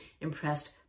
impressed